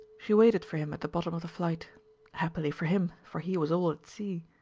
she waited for him at the bottom of the flight happily for him, for he was all at sea.